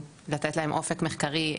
לתת להם אופק מחקרי,